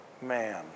Man